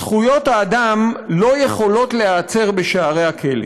זכויות האדם לא יכולות להיעצר בשערי הכלא.